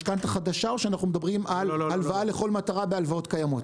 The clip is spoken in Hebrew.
משכנתה חדשה או שאנחנו מדברים על הלוואה לכל מטרה בהלוואות קיימות?